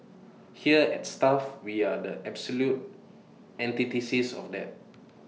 here at stuff we are the absolute antithesis of that